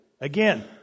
Again